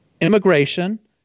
immigration